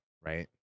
right